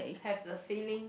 have the feeling